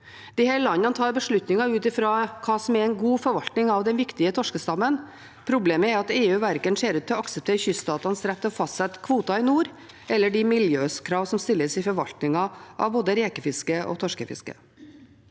Disse landene tar beslutninger ut fra hva som er en god forvaltning av den viktige torskestammen. Problemet er at EU verken ser ut til å akseptere kyststatenes rett til å fastsette kvoter i nord, eller de miljøkrav som stilles i forvaltningen, av både rekefisket og torskefisket.